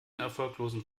erfolglosen